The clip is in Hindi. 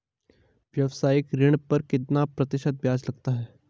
व्यावसायिक ऋण पर कितना प्रतिशत ब्याज लगता है?